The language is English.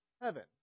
heaven